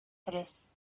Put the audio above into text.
tres